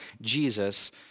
Jesus